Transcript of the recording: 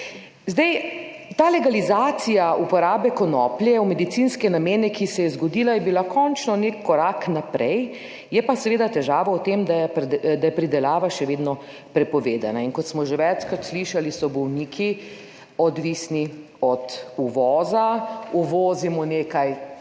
Zdaj ta legalizacija uporabe konoplje v medicinske namene, ki se je zgodila, je bila končno nek korak naprej, 98. TRAK: (SC) – 20.55 (nadaljevanje) je pa seveda težava v tem, da je pridelava še vedno prepovedana. In kot smo že večkrat slišali, so bolniki odvisni od uvoza. Uvozimo nekaj,